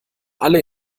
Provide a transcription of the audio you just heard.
alle